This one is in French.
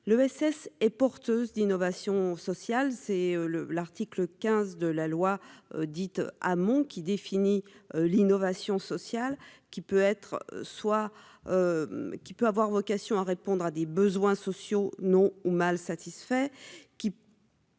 l'ESS et porteuse d'innovation sociale c'est le l'article 15 de la loi dite Hamon qui défini l'innovation sociale qui peut être soi qui peut avoir vocation à répondre à des besoins sociaux non ou mal satisfaits